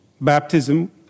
baptism